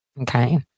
Okay